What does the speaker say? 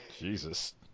Jesus